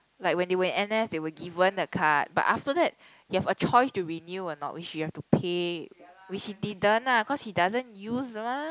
like when they were in N_S they were given the card but after that you have a choice to renew or not which you have to pay which he didn't ah cause he doesn't use mah